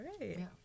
right